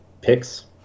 picks